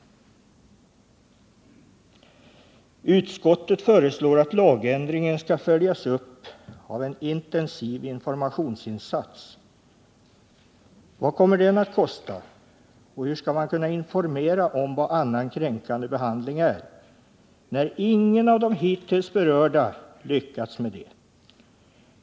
Utskottet föreslår att lagändringen skall följas upp av en ”intensiv informationsinsats”. Vad kommer den att kosta och hur skall man kunna informera om vad ”annan kränkande behandling” är när ingen av de hittills berörda lyckats med det?